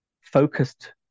focused